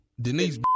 Denise